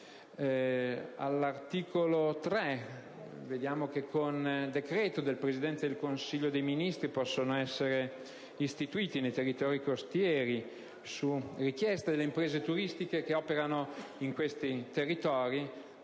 All'articolo 3, con decreto del Presidente del Consiglio dei ministri, possono essere istituiti nei territori costieri, su richiesta delle imprese turistiche che operano in quei territori,